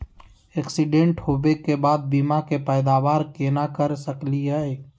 Accident होवे के बाद बीमा के पैदावार केना कर सकली हे?